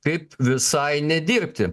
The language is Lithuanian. kaip visai nedirbti